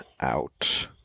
out